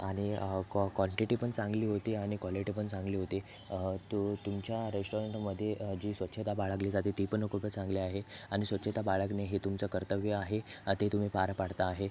आणि कं क्वान्टिटी पण चांगली होती आणि क्वालिटी पण चांगली होती तू तुमच्या रेस्टॉरंटमध्ये जी स्वच्छता बाळगली जाते ती पण खूप चांगली आहे आणि स्वच्छता बाळगणे हे तुमचं कर्तव्य आहे ती तुम्ही पार पाडत आहे